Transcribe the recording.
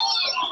שלום.